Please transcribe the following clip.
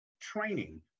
training